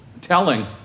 telling